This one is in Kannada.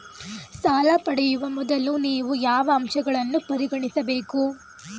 ಸಾಲ ಪಡೆಯುವ ಮೊದಲು ನೀವು ಯಾವ ಅಂಶಗಳನ್ನು ಪರಿಗಣಿಸಬೇಕು?